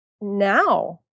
now